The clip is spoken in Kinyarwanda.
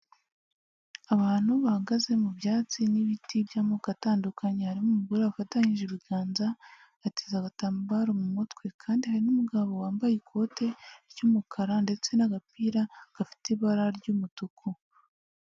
Abantu bahagaze mu byatsi n'ibiti by'amoko atandukanye, harimo umugore wafatanyije ibiganza, ateze agatambaro mu mutwe kandi hari n'umugabo wambaye ikote ry'umukara ndetse n'agapira gafite ibara ry'umutuku.